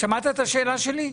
שמעת את השאלה שלי?